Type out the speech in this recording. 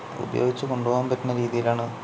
ഉപയോഗിച്ചുകൊണ്ട് പോകാൻ പറ്റുന്ന രീതിയിലാണ്